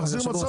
להחזיר מצב